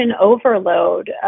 overload